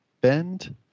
bend